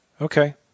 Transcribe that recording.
Okay